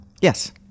Yes